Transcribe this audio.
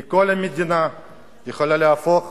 כי כל המדינה יכולה להפוך